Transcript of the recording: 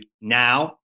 now